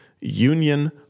Union